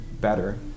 better